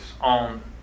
on